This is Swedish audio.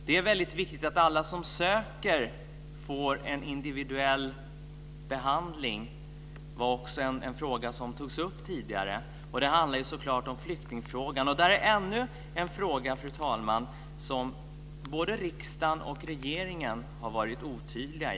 Det är väldigt viktigt att alla som söker får en individuell behandling. Det var också en fråga som togs upp tidigare. Det handlar så klart om flyktingfrågan. Detta är ännu en fråga, fru talman, som både riksdagen och regeringen har varit otydliga i.